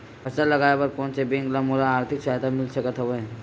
फसल लगाये बर कोन से बैंक ले मोला आर्थिक सहायता मिल सकत हवय?